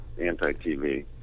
anti-tv